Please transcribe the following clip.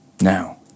now